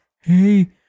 hey